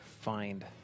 Find